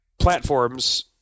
platforms